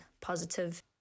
positive